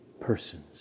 persons